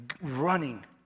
running